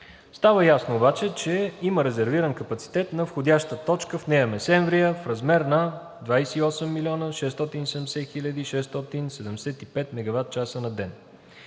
Става ясно обаче, че има резервиран капацитет на входяща точка в Неа Месемврия в размер на 28 670 675 мегаватчаса на ден.